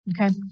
Okay